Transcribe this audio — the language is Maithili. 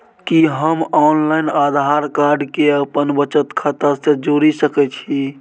कि हम ऑनलाइन आधार कार्ड के अपन बचत खाता से जोरि सकै छी?